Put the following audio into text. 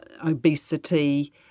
obesity